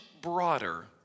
Broader